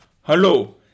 Hello